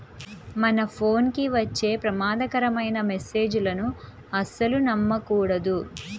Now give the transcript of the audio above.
మన ఫోన్ కి వచ్చే ప్రమాదకరమైన మెస్సేజులను అస్సలు నమ్మకూడదు